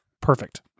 perfect